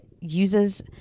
uses